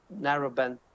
narrowband